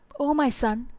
o my son,